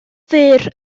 fur